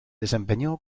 desempeñó